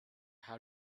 how